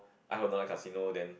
I who don't like casino then